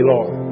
Lord